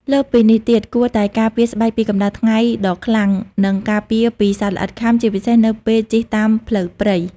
លើសពីនេះទៀត គួរតែការពារស្បែកពីកម្ដៅថ្ងៃដ៏ខ្លាំង និងការពារពីសត្វល្អិតខាំ ជាពិសេសនៅពេលជិះតាមផ្លូវព្រៃ។